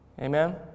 Amen